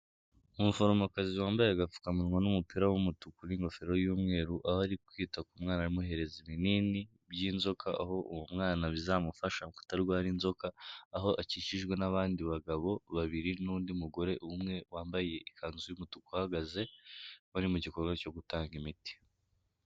Umuforomokazi wambaye agapfukamunwa n'umupira w'umutuku n'ingofero y'umweru, aho ari kwita ku mwana amuhereza ibinini by'inzoka, aho uwo mwana bizamufasha kutarwara inzoka, aho akikijwe n'abandi bagabo babiri n'undi mugore umwe wambaye ikanzu y'umutuku uhagaze bari mu gikorwa cyo gutanga imiti.